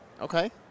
Okay